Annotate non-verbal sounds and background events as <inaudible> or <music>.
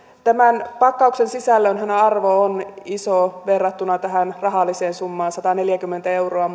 tämän pakkauksen sisällön arvohan on iso verrattuna tähän rahalliseen summaan sataneljäkymmentä euroa <unintelligible>